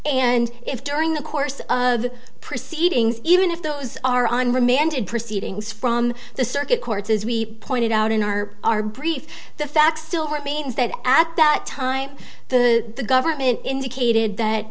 and if during the course of the proceedings even if those are on remanded proceedings from the circuit courts as we pointed out in our our brief the facts still remains that at that time the government indicated that